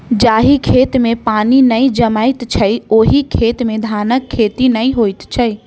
जाहि खेत मे पानि नै जमैत छै, ओहि खेत मे धानक खेती नै होइत छै